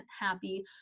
happy